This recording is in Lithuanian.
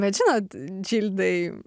bet žinot džildai